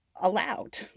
allowed